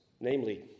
Namely